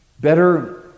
Better